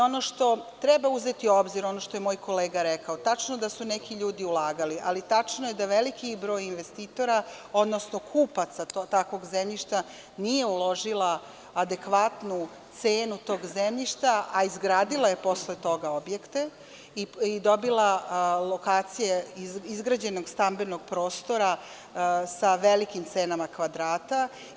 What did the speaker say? Ono što treba uzeti u obzir, ono što je i moj kolega rekao, tačno je da su neki ljudi ulagali, ali tačno je i da veliki broj investitora, odnosno kupaca takvog zemljišta, nije uložilo adekvatnu cenu tog zemljišta, a izgradili su posle toga objekte i dobili su lokacije izgrađenog stambenog prostora sa velikim cenama kvadrata.